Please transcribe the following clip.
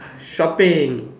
shopping